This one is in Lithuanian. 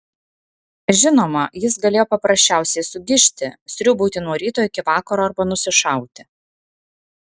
žinoma jis galėjo paprasčiausiai sugižti sriūbauti nuo ryto iki vakaro arba nusišauti